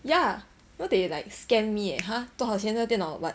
ya you know they like scam me eh !huh! 多少钱这个电脑 but